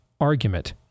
argument